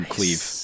Cleave